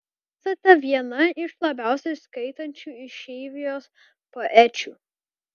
esate viena iš labiausiai skaitančių išeivijos poečių